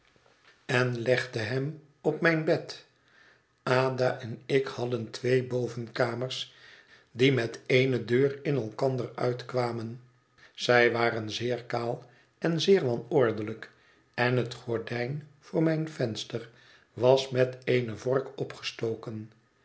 en legde hem op mijn bed ada en ik hadden twee bovenkamers die met eene deur in elkander uitkwamen zij waren zeer kaal en zeer wanordelijk en het gordijn voor mijn venster was met eene vork opgestoken